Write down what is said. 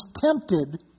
tempted